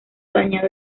dañado